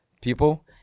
People